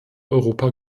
europa